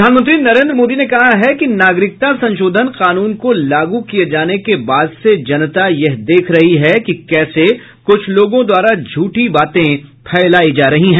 प्रधानमंत्री नरेन्द्र मोदी ने कहा कि नागरिकता संशोधन कानून को लागू किए जाने के बाद से जनता यह देख रही है कि कैसे कुछ लोगों द्वारा झूठी बातें फैलाई जा रही है